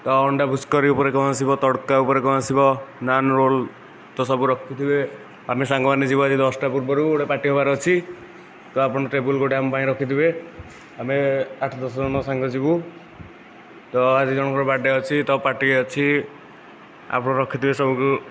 ତ ଅଣ୍ଡା ଭୂସକାରୀ ଉପରେ କ'ଣ ଆସିବ ତଡ଼କା ଉପରେ କ'ଣ ଆସିବ ନାନ୍ ରୋଲ୍ ତ ସବୁ ରଖିଥିବେ ଆମେ ସାଙ୍ଗମାନେ ଯିବୁ ଆଜି ଦଶଟା ପୂର୍ବରୁ ଗୋଟିଏ ପାର୍ଟି ହେବାର ଅଛି ତ ଆପଣ ଟେବଲ୍ ଗୋଟିଏ ଆମ ପାଇଁ ରଖିଥିବେ ଆମେ ଆଠ ଦଶଜଣ ସାଙ୍ଗ ଯିବୁ ତ ଆଜି ଜଣଙ୍କର ବାର୍ଥଡ଼େ ଅଛି ତ ପାର୍ଟି ଅଛି ଆପଣ ରଖିଥିବେ ସବୁକୁ